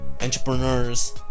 entrepreneurs